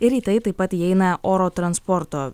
ir į tai taip pat įeina oro transporto